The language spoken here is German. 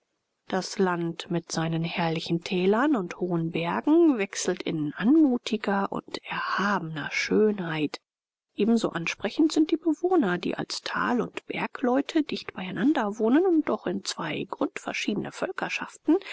das land mit seinen herrlichen tälern und hohen bergen wechselt in anmutiger und erhabener schönheit ebenso ansprechend sind die bewohner die als tal und bergleute dicht beieinander wohnen und doch in zwei grundverschiedene